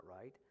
right